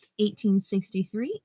1863